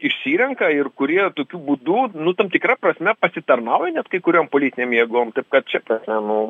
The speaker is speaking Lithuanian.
išsirenka ir kurie tokiu būdu tam tikra prasme pasitarnauja net kai kuriom politinėm jėgom taip kad šia prasme nu